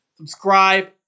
Subscribe